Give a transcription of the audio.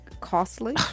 costly